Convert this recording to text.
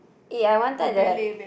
eh I wanted that